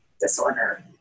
disorder